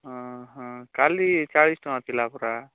ହଁ ହଁ କାଲି ଚାଳିଶି ଟଙ୍କା ଥିଲା ପରା